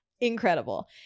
incredible